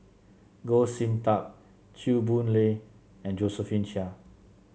Goh Sin Tub Chew Boon Lay and Josephine Chia